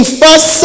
first